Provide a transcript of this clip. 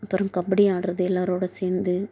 அப்புறம் கபடி ஆடுறது எல்லாரோட சேர்ந்து